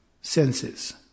senses